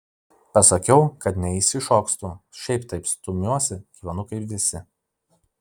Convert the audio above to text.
pasakiau kad neišsišokstu šiaip taip stumiuosi gyvenu kaip visi